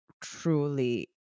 truly